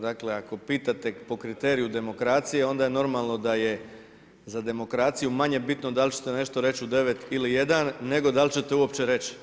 Dakle, ako pitate po kriteriju demokracije, onda je normalno da je za demokraciju manje bitno da li ćete nešto reći u 9 ili 1, nego da li ćete uopće reći.